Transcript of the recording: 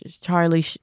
charlie